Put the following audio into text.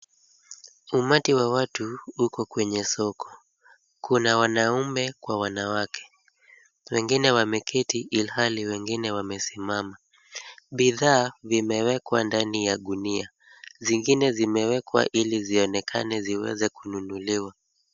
Umati wa watu uko kwenye soko, kuna wanaume kwa wanawake. Wengine wameketi ilhali wengine wamesimama. Bidhaa vimewekwa ndani ya gunia, zingine zimewekwa ili zionekane ziweze kununuliwa.